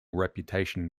reputation